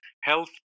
health